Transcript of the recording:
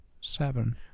Seven